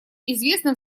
известным